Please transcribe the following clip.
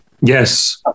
Yes